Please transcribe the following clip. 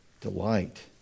delight